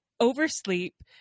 oversleep